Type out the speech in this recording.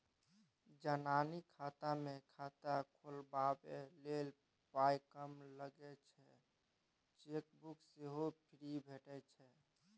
जनानी खाता मे खाता खोलबाबै लेल पाइ कम लगै छै चेकबुक सेहो फ्री भेटय छै